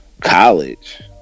college